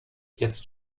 jetzt